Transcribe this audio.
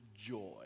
joy